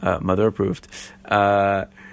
mother-approved